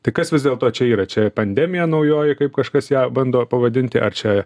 tai kas vis dėlto čia yra čia pandemija naujoji kaip kažkas ją bando pavadinti ar čia